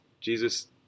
Jesus